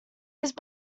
used